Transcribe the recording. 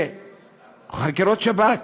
לחקירות שב"כ.